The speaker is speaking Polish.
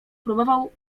próbował